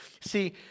See